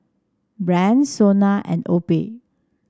Bragg Sona and Obey